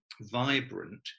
vibrant